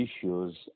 issues